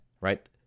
right